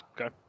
Okay